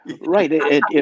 Right